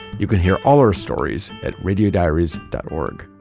you can hear all our stories at radiodiaries dot org.